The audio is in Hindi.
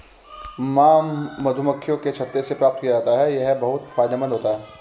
मॉम मधुमक्खियों के छत्ते से प्राप्त किया जाता है यह बहुत फायदेमंद होता है